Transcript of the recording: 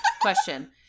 Question